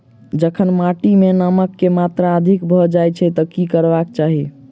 जखन माटि मे नमक कऽ मात्रा अधिक भऽ जाय तऽ की करबाक चाहि?